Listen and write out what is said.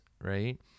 Right